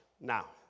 Now